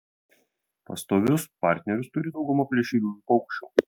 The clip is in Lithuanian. pastovius partnerius turi dauguma plėšriųjų paukščių